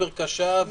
סופר קשה,